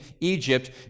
Egypt